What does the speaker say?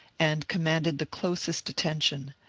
and commanded the closest attention,